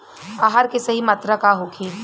आहार के सही मात्रा का होखे?